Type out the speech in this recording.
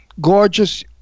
Gorgeous